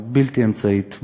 בלתי אמצעית,